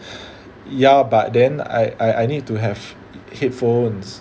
ya but then I I need to have headphones